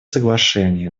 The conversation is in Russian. соглашений